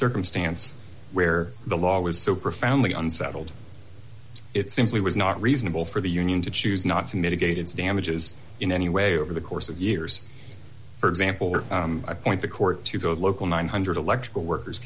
circumstance where the law was so profoundly unsettled it simply was not reasonable for the union to choose not to mitigate its damages in any way over the course of years for example i point the court to go local nine hundred electrical workers